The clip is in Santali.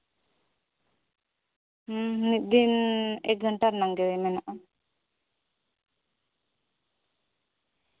ᱢᱤᱫ ᱫᱤᱱ ᱮᱠ ᱜᱷᱚᱱᱴᱟ ᱨᱮᱱᱟᱝ ᱜᱮ ᱢᱮᱱᱟᱜᱼᱟ